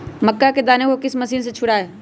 मक्का के दानो को किस मशीन से छुड़ाए?